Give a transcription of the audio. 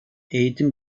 eğitim